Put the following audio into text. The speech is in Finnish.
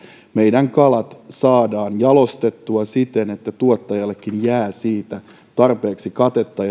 meidän kalamme saadaan jalostettua siten että tuottajallekin jää siitä tarpeeksi katetta